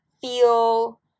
feel –